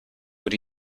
but